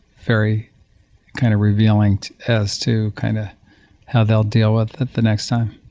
very kind of revealing as to kind of how they'll deal with it the next time